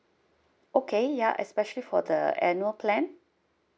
okay ya especially for the annual plan